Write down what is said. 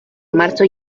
marzo